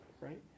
Right